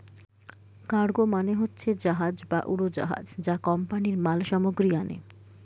cargo মানে হচ্ছে জাহাজ বা উড়োজাহাজ যা কোম্পানিরা মাল সামগ্রী আনে